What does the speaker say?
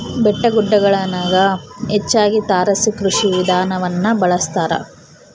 ಬೆಟ್ಟಗುಡ್ಡಗುಳಗ ಹೆಚ್ಚಾಗಿ ತಾರಸಿ ಕೃಷಿ ವಿಧಾನವನ್ನ ಬಳಸತಾರ